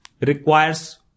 requires